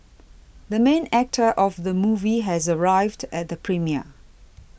the main actor of the movie has arrived at the premiere